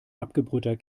abgebrühter